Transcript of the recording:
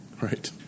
Right